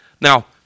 Now